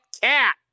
cat